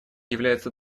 является